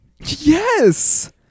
yes